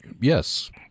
Yes